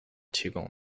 提供